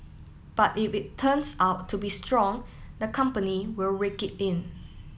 but if it turns out to be strong the company will rake it in